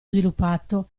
sviluppato